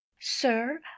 Sir